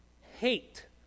hate